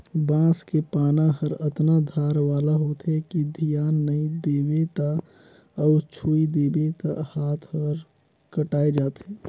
बांस के पाना हर अतना धार वाला होथे कि धियान नई देबे त अउ छूइ देबे त हात हर कटाय जाथे